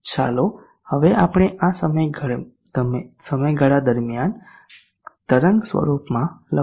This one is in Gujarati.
ચાલો હવે આપણે આ સમયગાળા દરમિયાન તરંગ સ્વરૂપ લખો